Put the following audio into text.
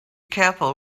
careful